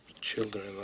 children